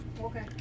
Okay